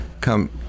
come